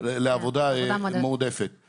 בוועדה אחרת בתחום הזה,